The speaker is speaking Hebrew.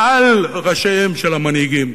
מעל ראשיהם של המנהיגים,